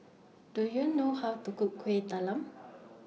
Do YOU know How to Cook Kuih Talam